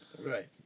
Right